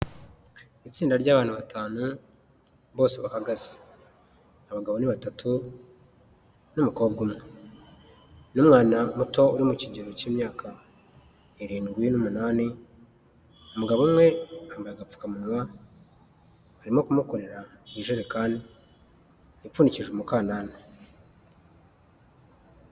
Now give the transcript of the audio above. Itsinda ry'abantu batanu bose bahagaze, abagabo ni batatu n'umukobwa umwe, umwana muto uri mu kigero cy'imyaka irindwi n'umunani, umugabo umwe yambaye agapfukamunwa, arimo kumukorera ijerekani ipfundikije umukanana.